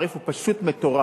התעריף הוא פשוט מטורף.